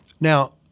Now –